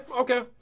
okay